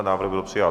Návrh byl přijat.